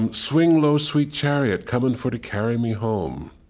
and swing low, sweet chariot, coming for to carry me home.